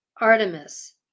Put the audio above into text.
Artemis